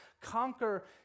conquer